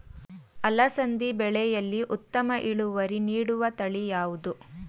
ಅಲಸಂದಿ ಬೆಳೆಯಲ್ಲಿ ಉತ್ತಮ ಇಳುವರಿ ನೀಡುವ ತಳಿ ಯಾವುದು?